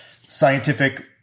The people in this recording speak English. scientific